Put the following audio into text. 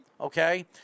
Okay